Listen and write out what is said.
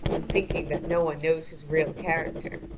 and thinking that no one knows his real character.